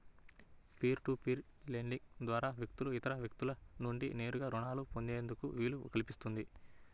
peer to peer lending ద్వారా వ్యక్తులు ఇతర వ్యక్తుల నుండి నేరుగా రుణాలను పొందేందుకు వీలు కల్పిస్తుంది